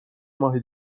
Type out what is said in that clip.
ماه